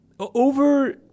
Over